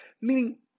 Meaning